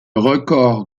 record